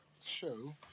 show